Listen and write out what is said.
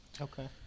okay